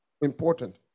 Important